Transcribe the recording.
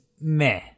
meh